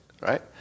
Right